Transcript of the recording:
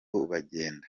bagenda